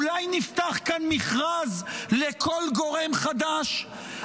אולי נפתח כאן מכרז לכל גורם חדש?